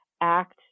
act